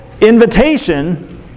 invitation